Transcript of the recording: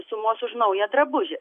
sumos už naują drabužį